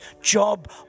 job